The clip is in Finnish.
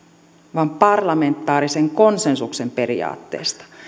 vaan parlamentaarisen konsensuksen periaatteesta